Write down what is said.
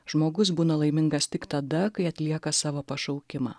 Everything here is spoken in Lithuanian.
žmogus būna laimingas tik tada kai atlieka savo pašaukimą